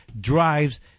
drives